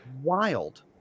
Wild